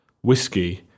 whiskey